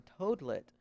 toadlet